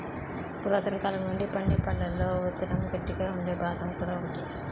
పురాతనకాలం నుండి పండే పళ్లలో విత్తనం గట్టిగా ఉండే బాదం కూడా ఒకటి